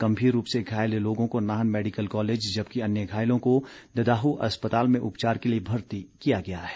गम्मीर रूप से घायल लोगों को नाहन मैडिकल कॉलेज जबकि अन्य घायलों को ददाहू अस्पताल में उपचार के लिए भर्ती किया गया है